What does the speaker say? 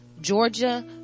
Georgia